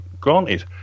granted